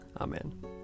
Amen